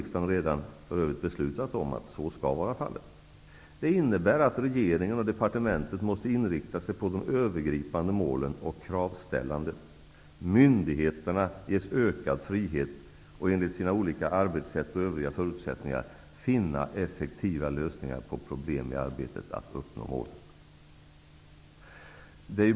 Riksdagen har ju för övrigt redan beslutat om att så skall vara fallet. Det innebär att regeringen och departementet måste inrikta sig på de övergripande målen och kravställandet. Myndigheterna ges ökad frihet att enligt sina olika arbetssätt och övriga förutsättningar finna effektiva lösningar på problem i arbetet med att uppnå målen.